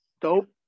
dope